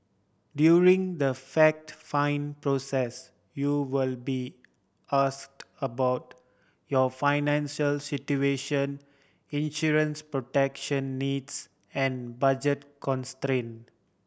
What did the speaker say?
during the fact find process you will be asked about your financial situation insurance protection needs and budget constraint